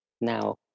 now